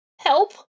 Help